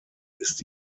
ist